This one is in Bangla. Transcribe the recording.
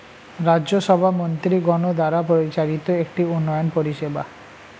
রাজ্য সভা মন্ত্রীগণ দ্বারা পরিচালিত একটি উন্নয়ন পরিষেবা